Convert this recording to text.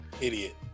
Idiot